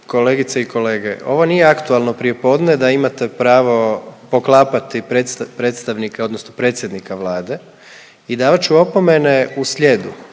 Kolegice i kolege, ovo nije aktualno prijepodne da imate pravo poklapati predst…, predstavnika odnosno predsjednika Vlade i davat ću opomene u slijedu